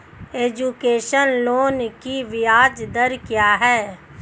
Education loan की ब्याज दर क्या है?